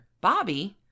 Bobby